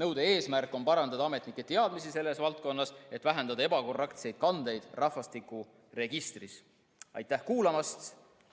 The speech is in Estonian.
Nõude eesmärk on parandada ametnike teadmisi selles valdkonnas, et vähendada ebakorrektseid kandeid rahvastikuregistris. Aitäh kuulamast!